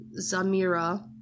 Zamira